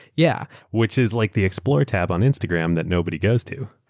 yeah which is like the explore tab on instagram that nobody goes to.